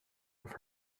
with